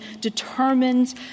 determines